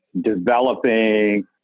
developing